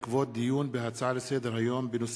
בעקבות דיון בהצעות לסדר-היום של חברי הכנסת חנא סוייד ויעקב